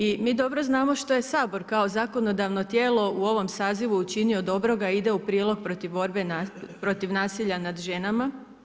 I mi dobro znamo što je Sabor kao zakonodavno tijelo u ovom sazivu učinio dobroga a ide u prilog protiv borbe nasilja nad ženama.